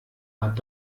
hat